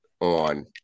on